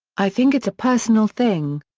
i think it's a personal thing.